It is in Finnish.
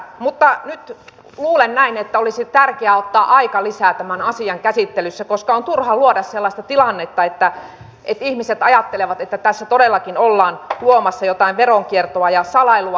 mutta nyt luulen näin että olisi tärkeää ottaa aikalisä tämän asian käsittelyssä koska on turha luoda sellaista tilannetta että ihmiset ajattelevat että tässä todellakin ollaan luomassa jotain veronkiertoa ja salailua